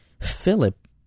Philip